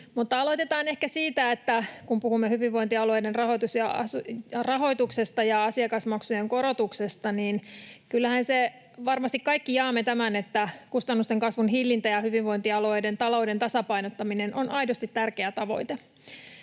aloitetaan ehkä siitä, että kun puhumme hyvinvointialueiden rahoituksesta ja asiakasmaksujen korotuksesta, niin kyllähän me kaikki varmasti jaamme tämän, että kustannusten kasvun hillintä ja hyvinvointialueiden talouden tasapainottaminen on aidosti tärkeä tavoite.